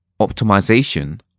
optimization